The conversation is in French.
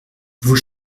vous